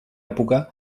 època